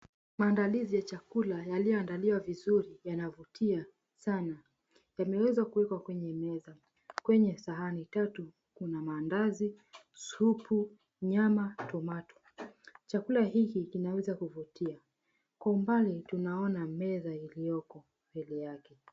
Maandalizi ya chakula yaliyoandaliwa vizuri yanavutia sana yameeza kuwekwa kwenye meza, kwenye sahani tatu kuna maandazi, supu, nyama, tomato. Chakula hiki kinaweza kuvutia kwa umbali tunaona meza iliyoko mbele yake.